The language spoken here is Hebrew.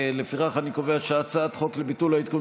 לפיכך אני קובע שהצעת חוק לביטול העדכון